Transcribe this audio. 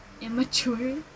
immature